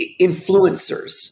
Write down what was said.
influencers